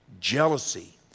jealousy